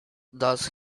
does